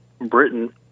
Britain